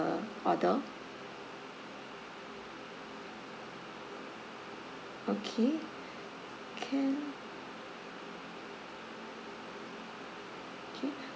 order okay can okay